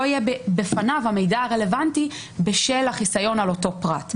לא יהיה בפניו המידע הרלבנטי בשל החיסיון על אותו פרט.